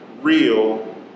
real